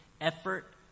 effort